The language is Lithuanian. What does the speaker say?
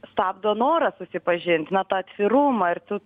stabdo norą susipažint na tą atvirumą ir tu